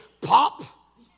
Pop